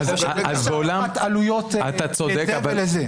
בעולם --- יש עלויות לזה ולזה.